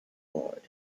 board